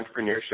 entrepreneurship